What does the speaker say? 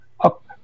up